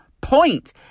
point